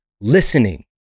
listening